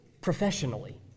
professionally